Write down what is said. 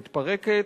מתפרקת,